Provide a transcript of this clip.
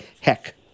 heck